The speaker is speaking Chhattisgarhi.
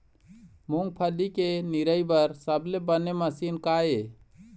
मूंगफली के निराई बर सबले बने मशीन का ये?